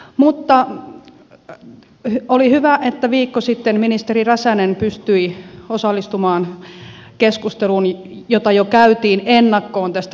mutta oli hyvä että viikko sitten ministeri räsänen pystyi osallistumaan keskusteluun jota jo käytiin ennakkoon tästä rahankeräyslaista